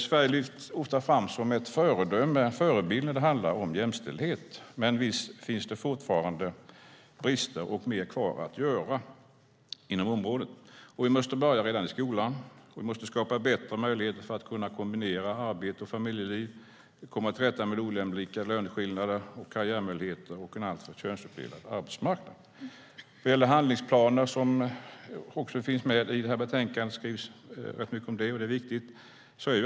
Sverige lyfts ofta fram som ett föredöme och en förebild när det handlar om jämställdhet, men visst finns det fortfarande brister och mer kvar att göra inom området. Vi måste börja redan i skolan, och vi måste skapa bättre möjligheter att kunna kombinera arbete och familjeliv samt komma till rätta med ojämlika löneskillnader och karriärmöjligheter och en alltför könsuppdelad arbetsmarknad. Det skrivs rätt mycket om handlingsplaner i det här betänkandet, och det är viktigt.